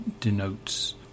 denotes